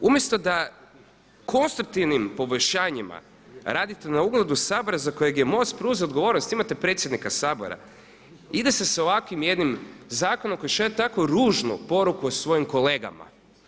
Umjesto da konstruktivnim poboljšanjima radite na ugledu Sabora za kojeg je MOST preuzeo odgovornost, imate predsjednika Sabora, ide se s ovakvim jednim zakonom koji šalje takvu ružnu poruku o svojim kolegama.